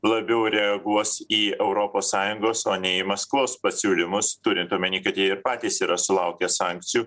labiau reaguos į europos sąjungos o ne į maskvos pasiūlymus turint omeny kad jie ir patys yra sulaukę sankcijų